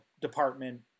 department